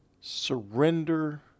surrender